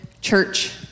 church